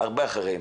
אלא הרבה אחרי.